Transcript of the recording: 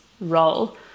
role